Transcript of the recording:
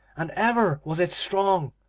and ever was it strong,